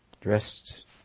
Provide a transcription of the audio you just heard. dressed